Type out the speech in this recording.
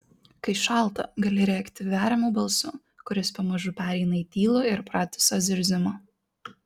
kai šalta gali rėkti veriamu balsu kuris pamažu pereina į tylų ir pratisą zirzimą